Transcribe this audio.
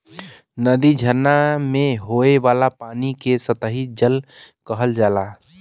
नदी, झरना में होये वाला पानी के सतही जल कहल जाला